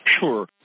Sure